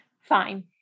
Fine